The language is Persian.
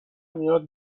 میاد